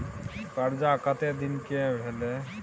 कर्जा कत्ते दिन के भेलै?